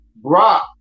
Brock